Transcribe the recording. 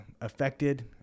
affected